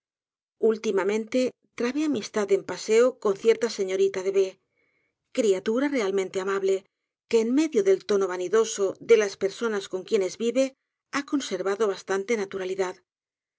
últimamente trabé amistad en pase concierta señorita de criatura realmente amable que en medio del tobó vanidoso d tas pego nas con quienes vive ha conservado bástante